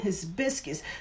hibiscus